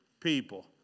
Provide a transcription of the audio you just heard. People